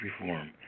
reform